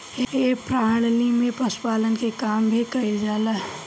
ए प्रणाली में पशुपालन के काम भी कईल जाला